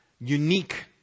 unique